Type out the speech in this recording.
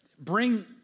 bring